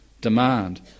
demand